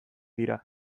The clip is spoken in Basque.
dira